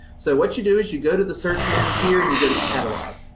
so what you do is you go to the search menu here and you go to catalog.